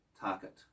target